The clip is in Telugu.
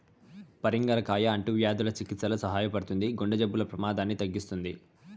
పరింగర కాయ అంటువ్యాధుల చికిత్సలో సహాయపడుతుంది, గుండె జబ్బుల ప్రమాదాన్ని తగ్గిస్తుంది